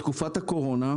בתקופת הקורונה,